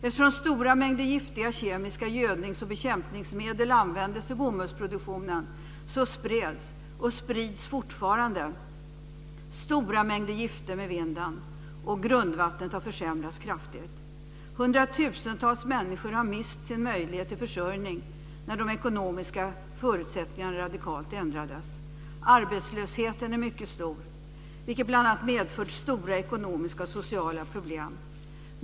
Eftersom stora mängder giftiga kemiska gödnings och bekämpningsmedel användes i bomullsproduktionen spreds, och sprids fortfarande, stora mängder gifter med vinden och grundvattnet har försämrats kraftigt. Hundratusentals människor har mist sin möjlighet till försörjning när de ekonomiska förutsättningarna radikalt ändrades. Arbetslösheten är mycket stor, vilket bl.a. medför stora ekonomiska och sociala problem.